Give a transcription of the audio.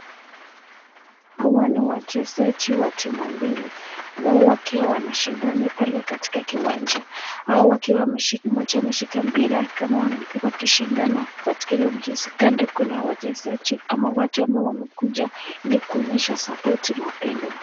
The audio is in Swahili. Hawa ni wachezaji wa timu mbili, wao wakiwa wanashindana pale katika kiwanja, mmoja ameshika mpira kama wanapigwa kishindano katika hiyo mchezo, kando kuna wachezaji ama watu ambao wamekuja ili kuonyesha support na upendo.